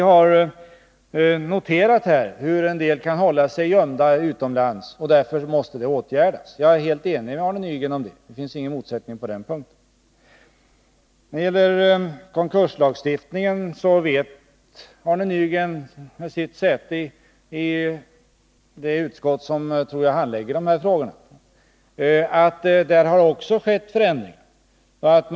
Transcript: Vi har noterat hur en del personer kan hålla sig gömda utomlands. Detta måste åtgärdas. Jag är helt överens med herr Nygren om det. Det finns ingen motsättning på den punkten. När det gäller konkurslagstiftningen vet Arne Nygren med sitt säte i det utskott som handlägger dessa frågor att förändringar även därvidlag har skett.